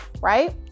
right